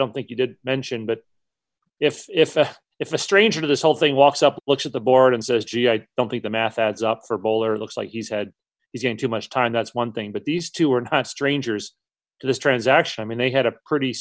don't think you did mention but if if if a stranger to this whole thing walks up looks at the board and says gee i don't think the math adds up for a bowler looks like he's had is in too much time that's one thing but these two are not strangers to this transaction i mean they had a pretty